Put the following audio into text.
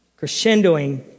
crescendoing